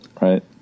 right